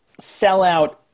sellout